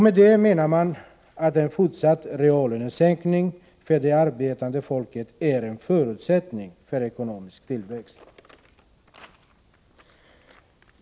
Med det menar man att en fortsatt reallönesänkning för det arbetande folket är en förutsättning för ekonomisk tillväxt.